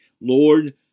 Lord